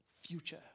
future